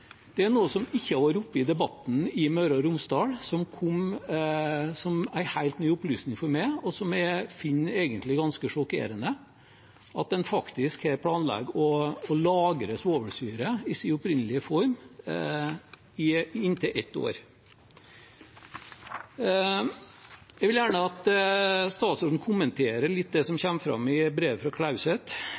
er noe som ikke har vært oppe i debatten i Møre og Romsdal, og som kom som en helt ny opplysning for meg, og som jeg egentlig finner ganske sjokkerende, at en faktisk her planlegger å lagre svovelsyre i sin opprinnelige form i inntil ett år. Jeg vil gjerne at statsråden kommenterer det som kommer fram i brevet fra Klauset.